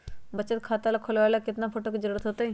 बचत खाता खोलबाबे ला केतना फोटो के जरूरत होतई?